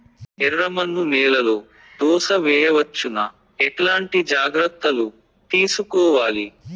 ఎర్రమన్ను నేలలో దోస వేయవచ్చునా? ఎట్లాంటి జాగ్రత్త లు తీసుకోవాలి?